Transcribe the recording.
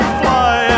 fly